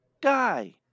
guy